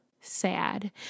sad